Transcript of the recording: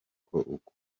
uko